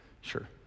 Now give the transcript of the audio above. Sure